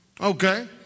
Okay